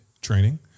training